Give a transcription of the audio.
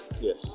Yes